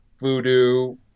voodoo